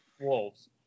Wolves